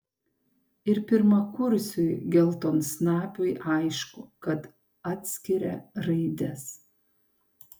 ir pirmakursiui geltonsnapiui aišku kad atskiria raides